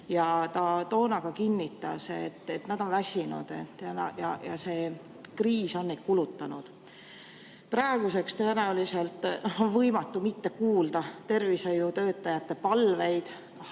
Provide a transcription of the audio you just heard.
Toona ta kinnitas, et nad on väsinud, see kriis on neid kulutanud. Praegu on tõenäoliselt võimatu mitte kuulda tervishoiutöötajate palveid,